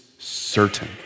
Certain